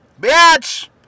Bitch